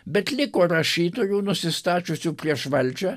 bet liko rašytojų nusistačiusių prieš valdžią